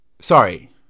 sorry